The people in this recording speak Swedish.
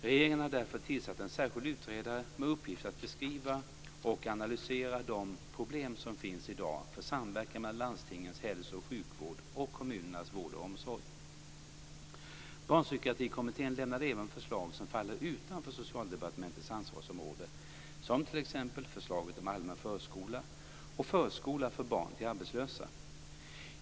Regeringen har därför tillsatt en särskild utredare med uppgift att beskriva och analysera de problem som finns i dag för samverkan mellan landstingens hälso och sjukvård och kommunernas vård och omsorg. Barnpsykiatrikommittén lämnade även förslag som faller utanför Socialdepartementets ansvarsområde som t.ex. förslaget om allmän förskola och förskola för barn till arbetslösa.